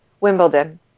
wimbledon